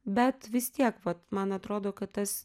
bet vis tiek vat man atrodo kad tas